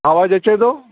आवाज़ अचे थो